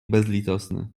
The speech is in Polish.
bezlitosny